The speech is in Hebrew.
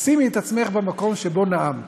שימי את עצמך במקום שבו נאמת,